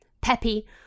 peppy